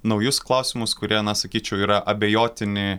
naujus klausimus kurie sakyčiau yra abejotini